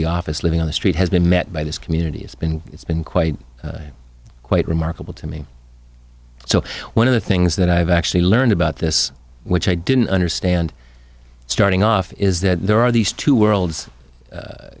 the office living on the street has been met by this community it's been it's been quite quite remarkable to me so one of the things that i've actually learned about this which i didn't understand starting off is that there are these two worlds